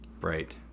Right